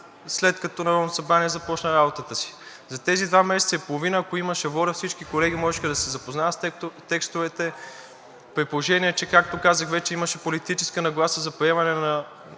след като Народното събрание започна работата си. За тези два месеца и половина, ако имаше воля, всички колеги можеха да се запознаят с текстовете, при положение че, както казах вече, имаше политическа нагласа за приемане на